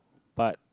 but